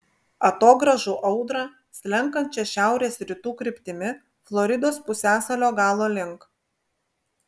atogrąžų audrą slenkančią šiaurės rytų kryptimi floridos pusiasalio galo link